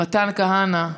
מתן כהנא,